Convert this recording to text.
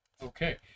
Okay